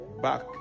back